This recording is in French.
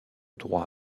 droit